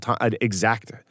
exact